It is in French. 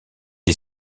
est